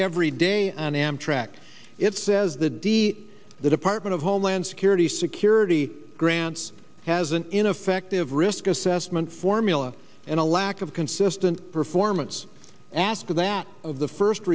every day and amtrak it says the d c the department of homeland security security grants has an ineffective risk assessment formula and a lack of consistent performance asked that of the first